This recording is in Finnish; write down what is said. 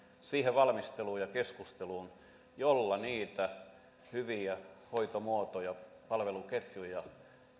siihen valmisteluun ja keskusteluun joilla niitä hyviä hoitomuotoja palveluketjuja